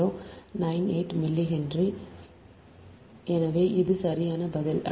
6098 milli henry எனவே இது சரியான பதில்